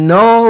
no